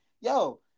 yo